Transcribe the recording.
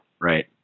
right